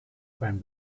beim